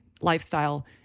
lifestyle